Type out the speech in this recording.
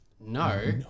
No